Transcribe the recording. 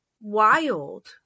wild